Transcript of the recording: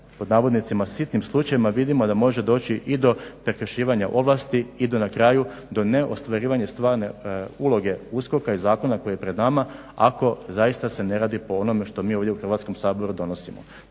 i na takvim "sitnim" slučajevima može doći i do prekršivanja ovlasti i do na kraju neostvarivanja stvarne uloge USKOK-a i zakona koji je pred nama ako zaista se ne radi po onome što mi ovdje u Hrvatskom saboru donosimo.